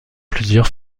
plusieurs